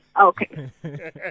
Okay